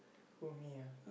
who me ah